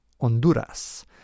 honduras